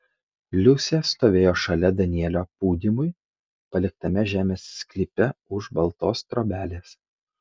liusė stovėjo šalia danielio pūdymui paliktame žemės sklype už baltos trobelės